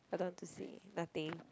I don't want to say nothing